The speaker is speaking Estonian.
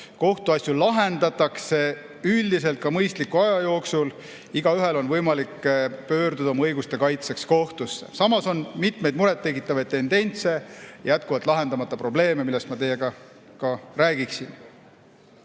kohtuasju lahendatakse, üldiselt ka mõistliku aja jooksul, igaühel on võimalik pöörduda oma õiguste kaitseks kohtusse. Samas on mitmeid muret tekitavaid tendentse, jätkuvalt lahendamata probleeme, millest ma teiega ka räägiksin.